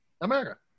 America